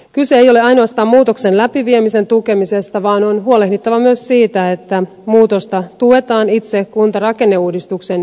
kyse ei ole ainoastaan muutoksen läpiviemisen tukemisesta vaan on huolehdittava myös siitä että muutosta tuetaan itse kuntarakenneuudistuksen jälkeenkin